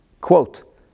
quote